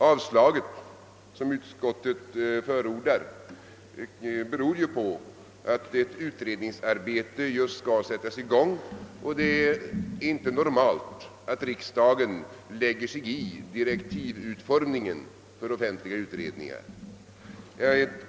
Avslaget som utskottet förordar beror på att ett utredningsarbete just skall sättas i gång och att det inte är normalt att riksdagen lägger sig i direktivutformningen för offentliga utredningar.